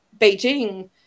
Beijing